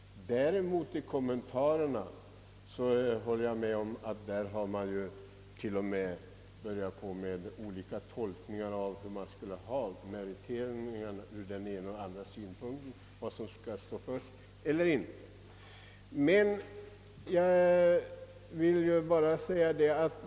Däremot medger jag att man i kommentarerna t.o.m. har laborerat med olika tolkningar av meritvärderingsbegreppet och vilka synpunkter som skall tillmätas det största värdet.